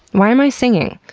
why am i singing?